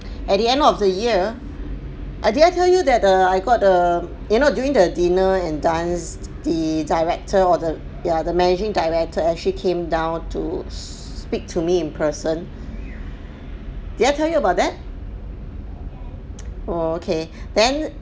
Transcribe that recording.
at the end of the year did I tell you that err I got err you know during the dinner and dance the director or the yeah the managing director actually came down to speak to me in person did I tell you about that okay